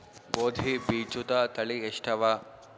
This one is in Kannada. ಗೋಧಿ ಬೀಜುದ ತಳಿ ಎಷ್ಟವ?